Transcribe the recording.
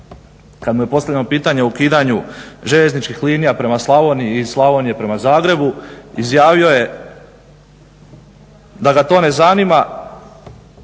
kad mu je postavljeno pitanje o ukidanju željezničkih linija prema Slavoniji i iz Slavonije prema Zagrebu izjavio je da ga to ne zanima,